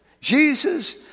Jesus